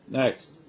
next